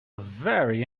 very